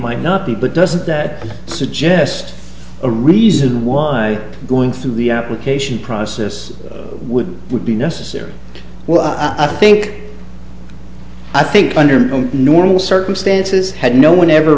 might not be but doesn't that suggest a reason why going through the application process would be necessary well i think i think under normal circumstances had no one ever